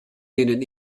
denen